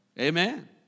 amen